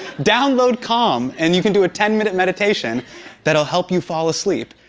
download calm and you can do a ten-minute meditation that'll help you fall asleep.